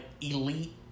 elite